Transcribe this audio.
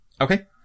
Okay